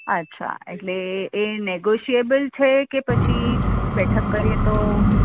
અચ્છા એટલે એ નેગોશિએબલ છે કે પછી બેઠક કરીએ તો